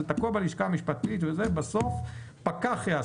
זה תקוע בלשכה המשפטית ובסוף פקח יעשה את זה.